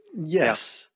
Yes